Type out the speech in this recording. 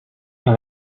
dans